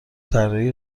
طراحی